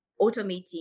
automating